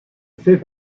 fait